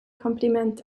kompliment